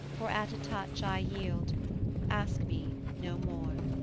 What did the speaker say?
for at a touch i yield ask me no more.